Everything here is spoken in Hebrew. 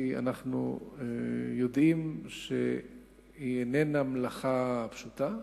כי אנחנו יודעים שזו איננה מלאכה פשוטה.